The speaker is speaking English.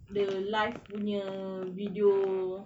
the live punya video